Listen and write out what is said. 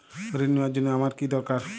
ঋণ নেওয়ার জন্য আমার কী দরকার?